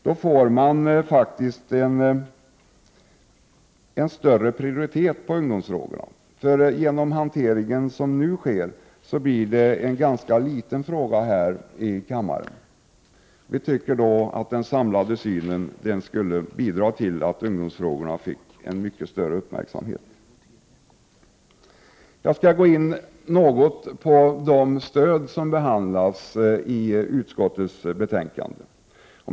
Detta skulle ge en högre prioritet när det gäller ungdomsfrågorna. Genom den hantering som nu sker här i kammaren blir detta en ganska liten fråga. Vi anser att den samlade synen skulle bidra till att ungdomsfrågorna fick en mycket större uppmärksamhet. Jag avser att något gå in på de stöd som behandlas i utskottets betänkande.